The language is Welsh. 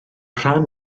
rhan